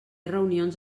reunions